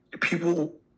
people